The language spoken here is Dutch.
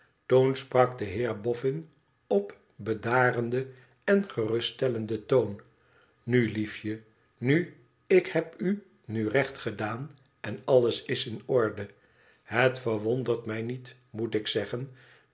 toen sprak de heerboffin op bedarenden en geruststellenden toon nu liefje nu ik heb u nu recht gedaan en alles is in orde het verwondert mij niet moet ik zeggen